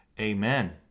Amen